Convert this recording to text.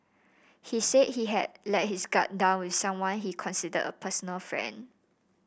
he said he had let his guard down with someone he considered a personal friend